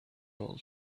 all